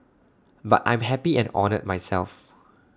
but I'm happy and honoured myself